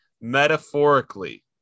metaphorically